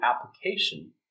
application